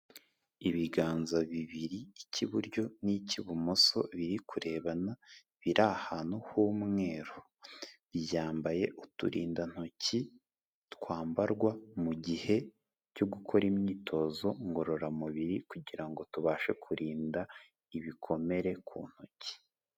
Ibiganza bibiri icyo iburyo n'icyo ibumoso biri kurebana biri ahantu h'umweru. Byambaye uturindantoki twambarwa mu gihe cyo gukora imyitozo ngororamubiri kugira ngo tubashe kurinda ibikomere ku ntoki.